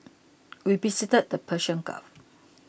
we visited the Persian Gulf